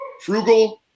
frugal